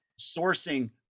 sourcing